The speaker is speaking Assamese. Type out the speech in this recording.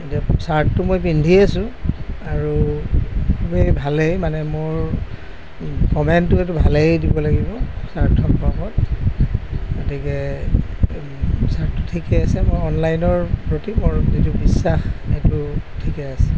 চাৰ্টো মই পিন্ধিয়ে আছো আৰু খুবেই ভালেই মানে মোৰ কমেণ্টো এইটো ভালেই দিব লাগিব চাৰ্টটো সম্পৰ্কত গতিকে চাৰ্টটো ঠিকে আছে মই অনলাইনৰ প্ৰতি মোৰ যিটো বিশ্বাস সেইটো ঠিকে আছে